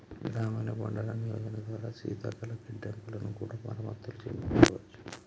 గ్రామీణ బండారన్ యోజన ద్వారా శీతల గిడ్డంగులను కూడా మరమత్తులు చేయించుకోవచ్చు